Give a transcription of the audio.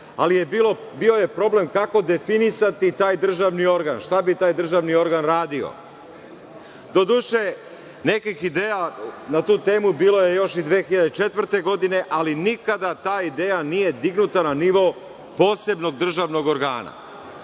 ali bio je problem kako definisati taj državni organ, šta bi taj državni organ radio. Doduše, nekih ideja na tu temu bilo je još i 2004. godine, ali nikada ta ideja nije dignuta na nivo posebnog državnog organa.